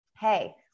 Hey